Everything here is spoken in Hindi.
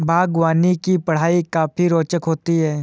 बागवानी की पढ़ाई काफी रोचक होती है